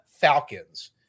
Falcons